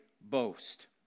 boast